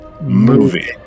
movie